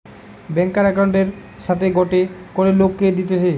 ব্যাংকার একউন্টের সাথে গটে করে লোককে দিতেছে